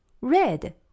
Red